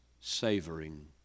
savoring